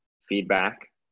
feedback